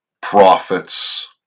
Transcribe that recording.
prophets